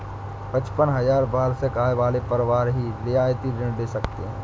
पचपन हजार वार्षिक आय वाले परिवार ही रियायती ऋण ले सकते हैं